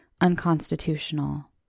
unconstitutional